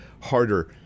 harder